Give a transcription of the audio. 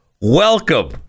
welcome